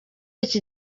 iki